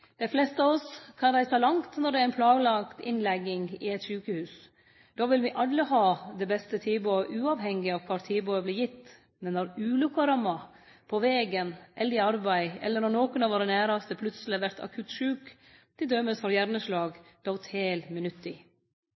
Dei fleste av oss kan reise langt når det er ei planlagd innlegging i eit sjukehus. Då vil vi alle ha det beste tilbodet, uavhengig av kvar tilbodet vert gitt. Men når ulukka rammar – på vegen eller i arbeid, eller når nokon av våre næraste plutseleg vert akutt sjuk, til dømes får hjerneslag